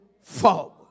forward